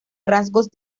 rasgos